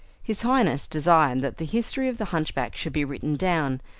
his highness desired that the history of the hunchback should be written down,